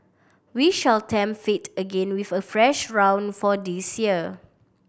we shall tempt fate again with a fresh round for this year